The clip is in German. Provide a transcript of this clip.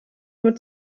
nur